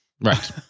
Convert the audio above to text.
Right